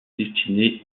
destinée